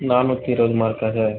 நானூற்றி இருபது மார்க்கா சார்